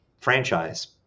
franchise